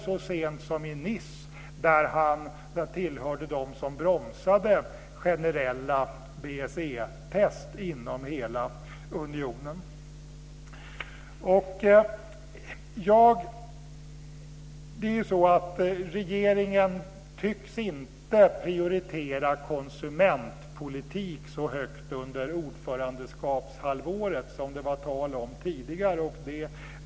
Så sent som i Nice tillhörde han dem som bromsade generella BSE-test inom hela unionen. Regeringen tycks inte prioritera konsumentpolitik så högt under ordförandeskapshalvåret som det var tal om tidigare.